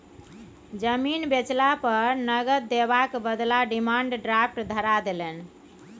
जमीन बेचला पर नगद देबाक बदला डिमांड ड्राफ्ट धरा देलनि